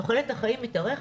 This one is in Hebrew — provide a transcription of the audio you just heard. תוחלת החיים מתארכת.